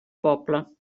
poble